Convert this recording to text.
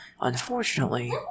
unfortunately